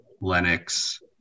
Lennox